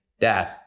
Dad